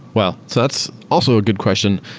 well, so that's also a good question.